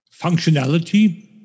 functionality